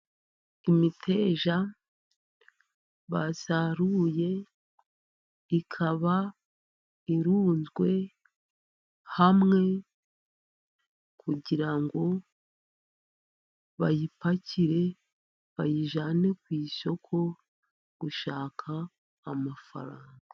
Imiteja basaruye ikaba irunzwe hamwe kugira ngo bayipakire bayijyane ku isoko gushaka amafaranga.